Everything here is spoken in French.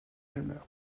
palmer